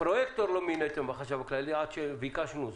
פרויקטור לא מיניתם בחשב הכללי, עד שביקשנו זאת.